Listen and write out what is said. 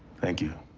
thank you.